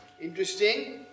interesting